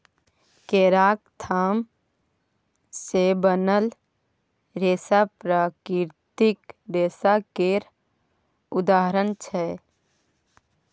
केराक थाम सँ बनल रेशा प्राकृतिक रेशा केर उदाहरण छै